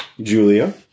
Julia